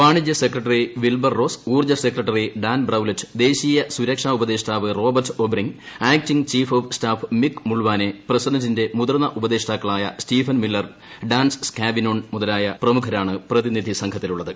വാണിജ്യ secretary Wilbur Ross ഊർജ്ജ secretary Dan Brouillette ദേശീയ സുരക്ഷാ ഉപദേഷ്ടാവ് Robert O'Brien acting chief of staff Mick Mulvaney പ്രസിഡന്റിന്റെ മുതിർന്ന ഉപദേഷ്ടാക്കളായ സ്റ്റീഫൻ മില്ലർ ഡാൻസ് സ്കാവിനോൺ മുതലായ പ്രമുഖരാണ് പ്രതിനിധി സംഘത്തിലുള്ളത്